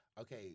Okay